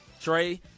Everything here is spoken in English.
Trey